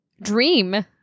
Dream